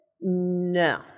No